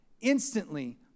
Instantly